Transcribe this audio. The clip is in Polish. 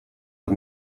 tam